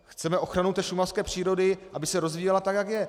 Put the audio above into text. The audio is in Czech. Chceme ochranu šumavské přírody, aby se rozvíjela tak, jak je.